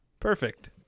Perfect